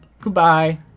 Goodbye